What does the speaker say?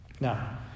Now